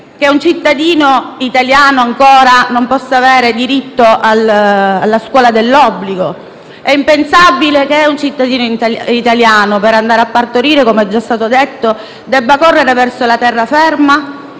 che un cittadino italiano ancora non possa avere diritto alla scuola dell'obbligo. È impensabile che una cittadina italiana per partorire - come già è stato detto - debba correre verso la terraferma,